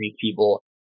people